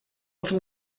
zum